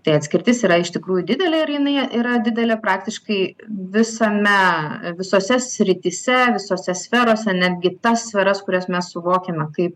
tai atskirtis yra iš tikrųjų didelė ir jinai yra didelė praktiškai visame visose srityse visose sferose netgi tas sferas kurias mes suvokiame kaip